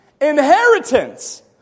Inheritance